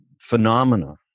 phenomena